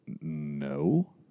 no